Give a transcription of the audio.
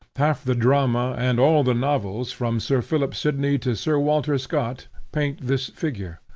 half the drama, and all the novels, from sir philip sidney to sir walter scott, paint this figure.